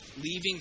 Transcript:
leaving